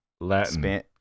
Latin